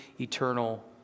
eternal